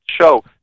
show